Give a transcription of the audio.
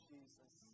Jesus